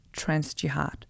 Transjihad